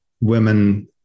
women